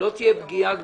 תהיה פגיעה גדולה.